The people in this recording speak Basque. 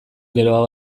geroago